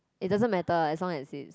it doesn't matter as long as it's